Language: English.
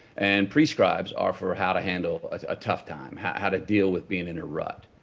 and pre-scribes are for how to handle a tough time, how how to deal with being in a rut.